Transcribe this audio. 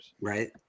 right